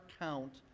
count